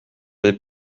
des